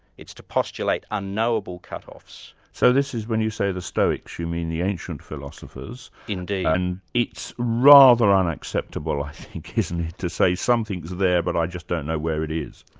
it's to postulate unknowable cutoffs. so this is when you say the stoics, you mean the ancient philosophers. indeed. and it's rather unacceptable i think isn't it, to say something's there, but i just don't know where it is.